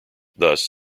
thus